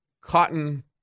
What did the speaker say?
cotton